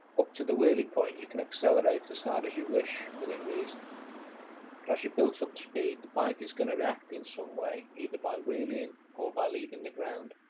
up to the wheelie point you can accelerate as hard as you wish within reason but as you build up the speed the bike is gonna react in some way either by wheeling or by leaving the ground,